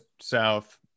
south